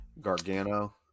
Gargano